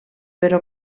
però